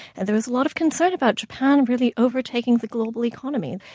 and there was a lot of concern about japan really overtaking the global economy.